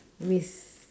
with